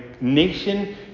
nation